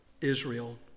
Israel